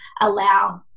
allow